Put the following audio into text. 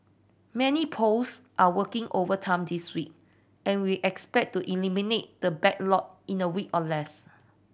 many post are working overtime this week and we expect to eliminate the backlog in a week or less